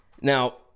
Now